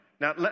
Now